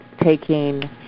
taking